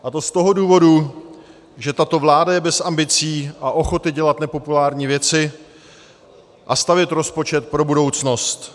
A to z toho důvodu, že tato vláda je bez ambicí a ochoty dělat nepopulární věci a stavět rozpočet pro budoucnost.